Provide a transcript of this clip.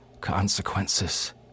Consequences